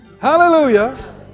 Hallelujah